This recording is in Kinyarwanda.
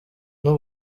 n’u